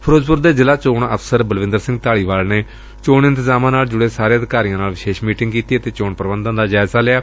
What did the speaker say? ਫਿਰੋਜ਼ਪੁਰ ਦੇ ਜ਼ਿਲ੍ਹਾ ਚੋਣ ਅਫਸਰ ਬਲਵਿੰਦਰ ਸਿੰਘ ਧਾਲੀਵਾਲ ਨੇ ਚੋਣ ਇੰਤਜ਼ਾਮਾਂ ਨਾਲ ਜੁੜੇ ਸਾਰੇ ਅਧਿਕਾਰੀਆਂ ਨਾਲ ਵਿਸ਼ੇਸ਼ ਮੀਟਿੰਗ ਕੀਤੀ ਅਤੇ ਚੋਣ ਪ੍ਰਬੰਧਾਂ ਦਾ ਜਾਇਜ਼ਾ ਲਿਆ